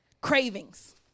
Cravings